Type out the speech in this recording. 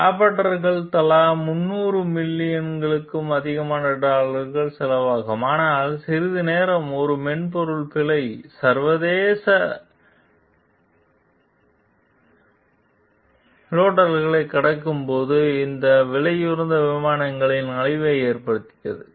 ராப்டர்களுக்கு தலா 300 மில்லியனுக்கும் அதிகமான டாலர் செலவாகும் ஆனால் சிறிது நேரம் ஒரு மென்பொருள் பிழை சர்வதேச டேட்லைனைக் கடக்கும்போது இந்த விலையுயர்ந்த விமானங்களில் அழிவை ஏற்படுத்தியது